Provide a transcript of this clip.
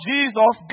Jesus